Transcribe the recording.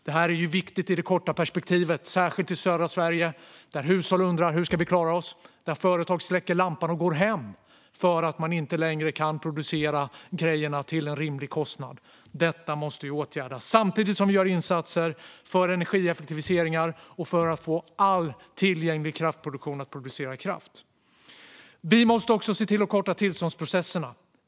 Detta är viktigt i det korta perspektivet - särskilt i södra Sverige, där hushåll undrar hur de ska klara sig och där företag släcker lampan och går hem för att de inte längre kan producera grejerna till en rimlig kostnad. Detta måste vi åtgärda, samtidigt som vi gör insatser för energieffektiviseringar och för att få all tillgänglig kraftproduktion att producera kraft. Vi måste också se till att korta tillståndsprocesserna.